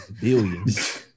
Billions